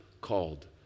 called